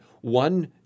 one